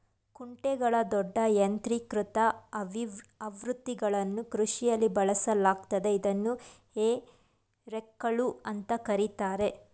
ಕುಂಟೆಗಳ ದೊಡ್ಡ ಯಾಂತ್ರೀಕೃತ ಆವೃತ್ತಿಗಳನ್ನು ಕೃಷಿಯಲ್ಲಿ ಬಳಸಲಾಗ್ತದೆ ಇದನ್ನು ಹೇ ರೇಕ್ಗಳು ಅಂತ ಕರೀತಾರೆ